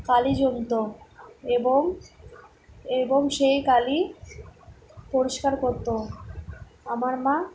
কালি জমতো এবং এবং সেই কালি পরিষ্কার করতো আমার মা